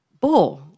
Bull